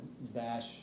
bash